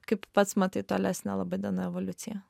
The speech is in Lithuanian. kaip pats matai tolesnę laba diena evoliuciją